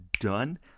done